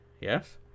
Yes